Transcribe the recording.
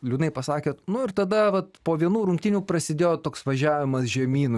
liūdnai pasakė nu ir tada vat po vienų rungtynių prasidėjo toks važiavimas žemyn